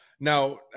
Now